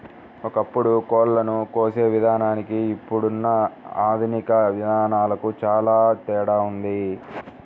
ఒకప్పుడు కోళ్ళను కోసే విధానానికి ఇప్పుడున్న ఆధునిక విధానాలకు చానా తేడా ఉంది